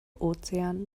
ozean